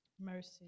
Mercy